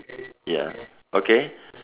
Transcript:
ya okay